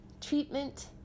treatment